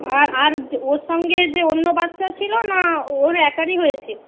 আর আর ওর সঙ্গে যে অন্য বাচ্চা ছিল না ওর একারই হয়েছে